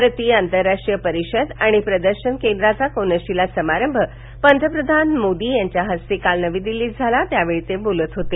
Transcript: भारतीय आंतरराष्ट्रीय परिषद आणि प्रदर्शन केंद्राचा कोनशीला समारंभ पंतप्रधान नरेंद्र मोदी यांच्या हस्ते काल नवी दिल्ली इथं झाला त्यावेळी ते बोलत होते